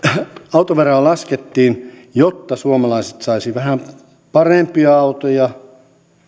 autoveroa laskettiin jotta suomalaiset saisivat vähän parempia autoja